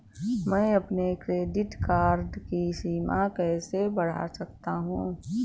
मैं अपने credit card की सीमा कैसे बढ़ा सकता हूँ?